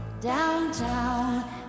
downtown